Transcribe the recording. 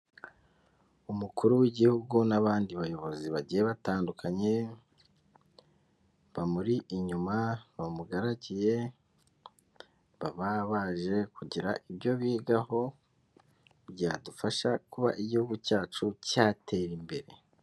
Umukuru w'Igihugu n'abandi bayobozi bagiye batandukanye, bamuri inyuma bamugaragiye baba baje kugira ibyo bigaho byadufasha kuba Igihugu cyacu cyatera imbere.